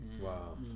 Wow